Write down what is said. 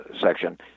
section